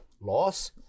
loss